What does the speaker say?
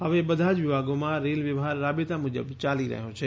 હવે બધા જ વિભાગોમાં રેલવ્યવહાર રાબેતા મુજબ ચાલી રહ્યો છે